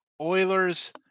Oilers